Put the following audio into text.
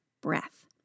breath